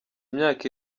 imyaka